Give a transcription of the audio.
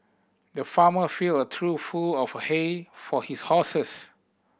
the farmer filled a trough full of hay for his horses